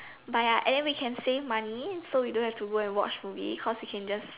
by ya and we can save money so we don't have to go watch movie cause we can just